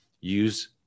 Use